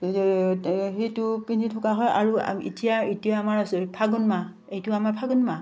সেইটো পিন্ধি থকা হয় আৰু এতিয়া এতিয়া আমাৰ আ ফাগুণ মাহ এইটো আমাৰ ফাগুণ মাহ